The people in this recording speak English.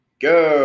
go